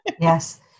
Yes